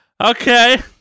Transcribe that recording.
okay